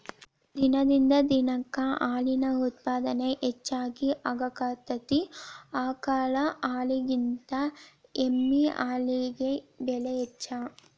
ದಿನದಿಂದ ದಿನಕ್ಕ ಹಾಲಿನ ಉತ್ಪಾದನೆ ಹೆಚಗಿ ಆಗಾಕತ್ತತಿ ಆಕಳ ಹಾಲಿನಕಿಂತ ಎಮ್ಮಿ ಹಾಲಿಗೆ ಬೆಲೆ ಹೆಚ್ಚ